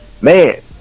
man